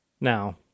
Now